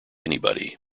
anybody